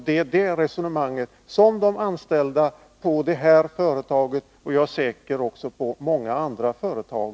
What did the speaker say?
Det är det resonemanget som förs av de anställda i det här företaget och säkert också i många andra företag.